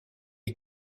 est